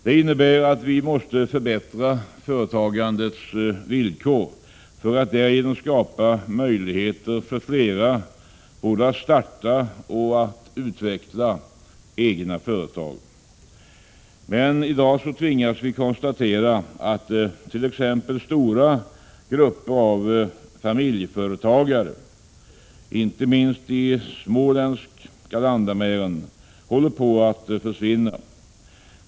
Vi måste med andra ord förbättra företagandets villkor för att därigenom skapa möjligheter för flera att starta och utveckla egna företag. Men i dag tvingas vi konstatera att t.ex. stora grupper av familjeföretagare, inte minst i småländska landamären, håller på att försvinna.